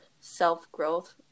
self-growth